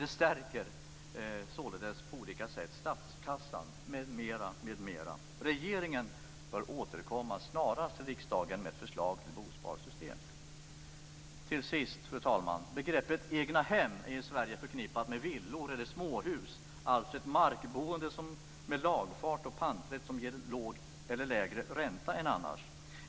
· Det stärker således statskassan på olika sätt. Regeringen bör således återkomma snarast till riksdagen med ett förslag till bosparsystem. Fru talman! Till sist: Begreppet egnahem är i Sverige förknippat med villor eller småhus, alltså ett markboende med lagfart och panträtt som ger lägre ränta.